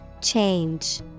Change